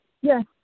Yes